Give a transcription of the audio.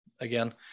again